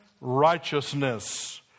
righteousness